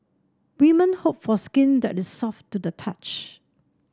women hope for skin that is soft to the touch